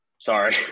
Sorry